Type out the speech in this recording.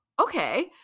okay